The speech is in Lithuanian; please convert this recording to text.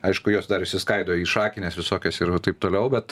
aišku jos dar išsiskaido į šakines visokias ir taip toliau bet